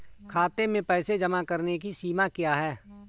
खाते में पैसे जमा करने की सीमा क्या है?